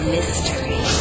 Mystery